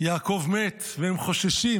כשיעקב מת והם חוששים,